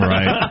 Right